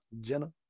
Jenna